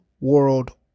world